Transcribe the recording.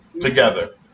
Together